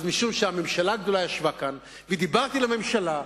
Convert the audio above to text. אז משום שהממשלה הגדולה "ישבה" כאן ודיברתי אל הממשלה,